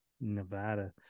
nevada